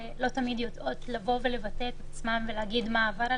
ולא תמיד יודעות לבטא את עצמן ולהגיד מה עבר עליהן,